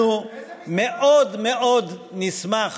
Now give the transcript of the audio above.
אנחנו מאוד מאוד נשמח